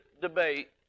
debate